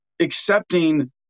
accepting